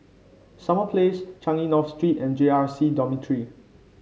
Summer Place Changi North Street and J R C Dormitory